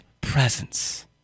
presence